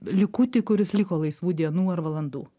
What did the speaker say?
likutį kuris liko laisvų dienų ar valandų